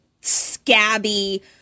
scabby